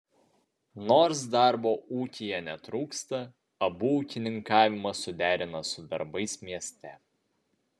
nors darbo ūkyje netrūksta abu ūkininkavimą suderina su darbais mieste